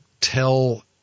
tell